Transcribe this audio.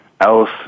else